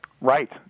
Right